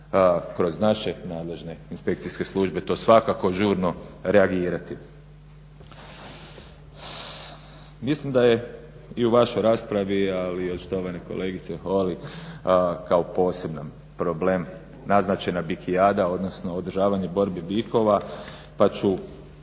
kroz naše nadležne inspekcijske službe to svakako žurno reagirati. Mislim da je i u vašoj raspravi ali i od štovane kolegice Holy kao poseban problem naznačena bikijada, odnosno održavanje borbi bikova, pa ću